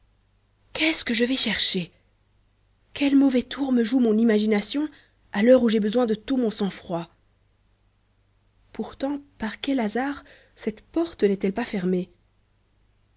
qu'est-ce que je vais chercher quel mauvais tour me joue mon imagination à l'heure où j'ai besoin de tout mon sang-froid pourtant par quel hasard cette porte n'est-elle pas fermée